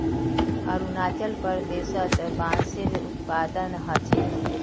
अरुणाचल प्रदेशत बांसेर उत्पादन ह छेक